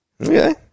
Okay